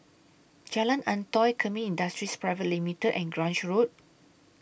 Jalan Antoi Kemin Industries Private Limited and Grange Road